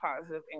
positive